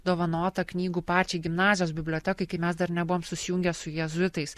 dovanota knygų pačiai gimnazijos bibliotekai kai mes dar nebuvom susijungę su jėzuitais